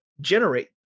generate